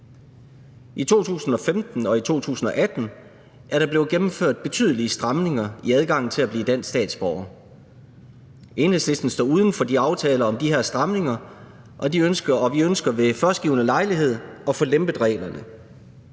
I 2015 og i 2018 er der blevet gennemført betydelige stramninger i adgangen til at blive dansk statsborger. Enhedslisten står uden for de aftaler om de her stramninger, og vi ønsker ved førstgivne lejlighed at få lempet reglerne.